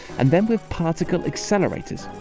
and then with particle accelerators,